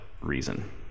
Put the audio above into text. reason